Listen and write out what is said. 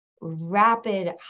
rapid